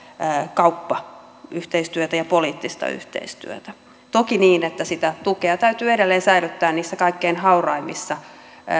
kauppayhteistyötä ja poliittista yhteistyötä toki niin että sitä tukea täytyy edelleen säilyttää niissä kaikkein hauraimmissa